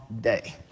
day